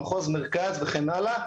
במחוז מרכז וכן הלאה,